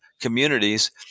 communities